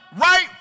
right